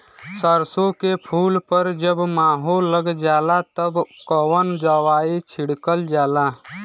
सरसो के फूल पर जब माहो लग जाला तब कवन दवाई छिड़कल जाला?